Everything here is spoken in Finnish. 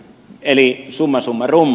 eli summa summarum